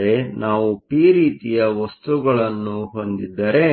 ಆದರೆ ನಾವು ಪಿ ರೀತಿಯ ವಸ್ತುಗಳನ್ನು ಹೊಂದಿದ್ದರೆ